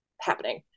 happening